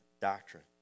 doctrine